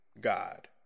God